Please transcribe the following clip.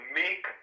make